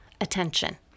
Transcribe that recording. attention